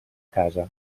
casa